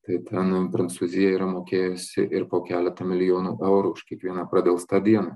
tai ten prancūzija yra mokėjusi ir po keletą milijonų eurų už kiekvieną pradelstą dieną